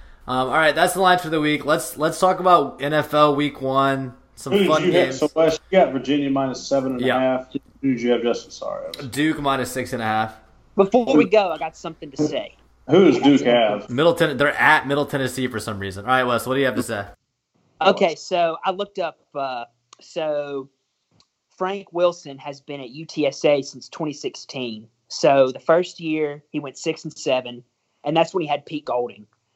Um, all right, that's the lines for the week. Let's- let's talk about NFL week one, some Who did fun you have? games. So, Wes, you got Virginia minus seven and a Yeah. half. Who did you have, Justin? Sorry, I was- Duke minus six and a half. Before Who- we go, I got something to say. Who- who does I- Duke have? Middle Ten- they're at Middle Tennessee for some reason. All right, Wes, what do you have to say? Okay, so I looked up, uh, so Frank Wilson has been at UTSA since 2016. So the first year, he went six and seven, and that's when he had Pete Golding.